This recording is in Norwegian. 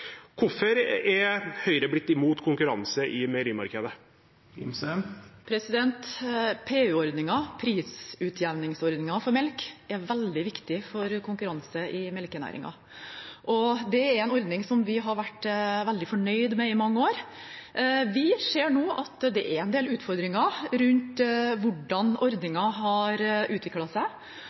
Hvorfor er Høyre blitt imot konkurranse i meierimarkedet? PU-ordningen, prisutjevningsordningen for melk, er veldig viktig for konkurranse i melkenæringen. Det er en ordning som vi har vært veldig fornøyd med i mange år. Vi ser nå at det er en del utfordringer rundt hvordan ordningen har utviklet seg,